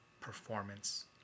performance